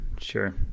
Sure